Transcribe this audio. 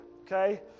Okay